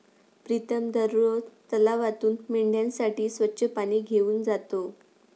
प्रीतम दररोज तलावातून मेंढ्यांसाठी स्वच्छ पाणी घेऊन जातो